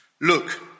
Look